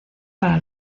para